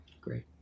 Great